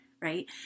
right